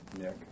Nick